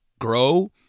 grow